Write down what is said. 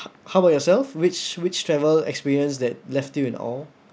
h~ how about yourself which which travel experience that left you in awe